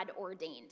ordained